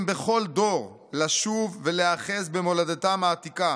בכל דור לשוב ולהיאחז במולדתם העתיקה,